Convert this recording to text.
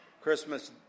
Christmas